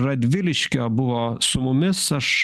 radviliškio buvo su mumis aš